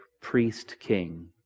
priest-king